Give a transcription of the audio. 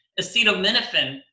acetaminophen